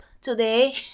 today